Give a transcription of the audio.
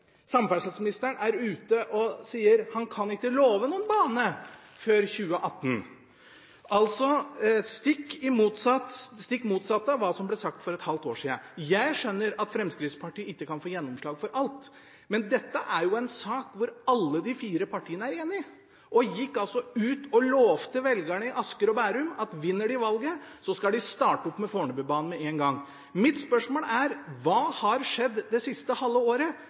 samferdselsministeren sier at han ikke kan love noen bane før 2018, altså stikk motsatt av hva som ble sagt for et halvt år siden. Jeg skjønner at Fremskrittspartiet ikke kan få gjennomslag for alt, men dette er jo en sak hvor alle de fire partiene er enige, og hvor de altså gikk ut og lovte velgerne i Asker og Bærum at hvis de vant valget, skulle de starte opp med Fornebubanen med en gang. Mitt spørsmål er: Hva har skjedd det siste halve året